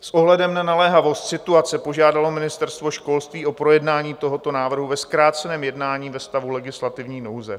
S ohledem na naléhavost situace požádalo Ministerstvo školství o projednání tohoto návrhu ve zkráceném jednání ve stavu legislativní nouze.